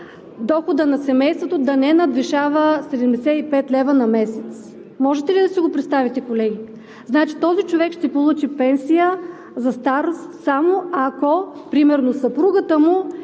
доходът на семейството да не надвишава 75 лв. на месец. Можете ли да си го представите, колеги? Значи, този човек ще получи пенсия за старост само ако примерно съпругата му